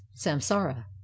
samsara